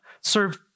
Serve